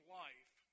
life